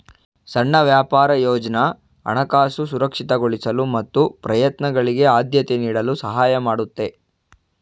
ಸಣ್ಣ ವ್ಯಾಪಾರ ಯೋಜ್ನ ಹಣಕಾಸು ಸುರಕ್ಷಿತಗೊಳಿಸಲು ಮತ್ತು ಪ್ರಯತ್ನಗಳಿಗೆ ಆದ್ಯತೆ ನೀಡಲು ಸಹಾಯ ಮಾಡುತ್ತೆ